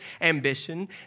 ambition